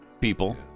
people